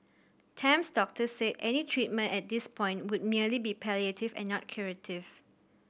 Tam's doctor said any treatment at this point would merely be palliative and not curative